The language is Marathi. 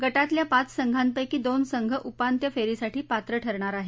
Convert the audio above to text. गटातल्या पाच संघांपैकी दोन संघ उपांत्य फेरीसाठी पात्र ठरणार आहेत